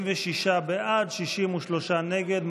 46 בעד, 63 נגד.